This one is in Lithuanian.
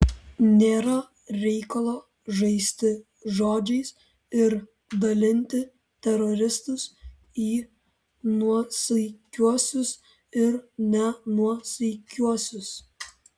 nėra reikalo žaisti žodžiais ir dalinti teroristus į nuosaikiuosius ir nenuosaikiuosius